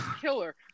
killer